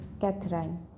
Catherine